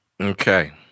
Okay